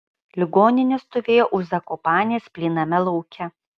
ligoninė stovėjo už zakopanės plyname lauke